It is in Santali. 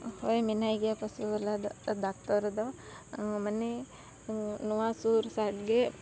ᱦᱳᱭ ᱢᱮᱱᱟᱭ ᱜᱮᱭᱟ ᱯᱚᱥᱩᱵᱟᱞᱟ ᱰᱟᱠᱛᱚᱨ ᱫᱚ ᱢᱟᱱᱮ ᱱᱚᱣᱟ ᱥᱩᱨ ᱥᱟᱴᱜᱮ